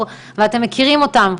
אדלר.